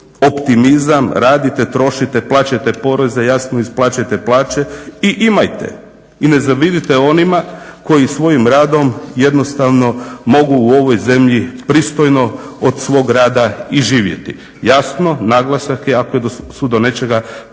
optimizam, radite, trošite, plaćajte poreze, jasno isplaćujte plaće i imajte i ne zavidite onima koji svojim radom jednostavno mogu u ovoj zemlji pristojno od svog rada i živjeti. Jasno, naglasak je ako su do nečega